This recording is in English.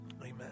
Amen